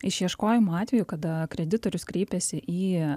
išieškojimo atveju kada kreditorius kreipiasi į